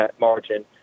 margin